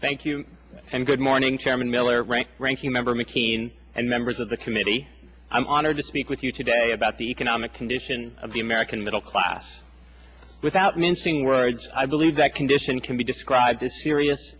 thank you and good more chairman miller rank ranking member mccain and members of the committee i'm honored to speak with you today about the economic condition of the american middle class without mincing words i believe that condition can be described as serious